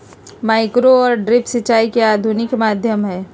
micro और drip सिंचाई के आधुनिक माध्यम हई